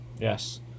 Yes